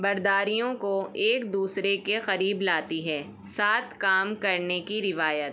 برادریوں کو ایک دوسرے کے قریب لاتی ہے ساتھ کام کرنے کی روایت